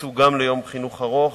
ייכנסו גם ליום חינוך ארוך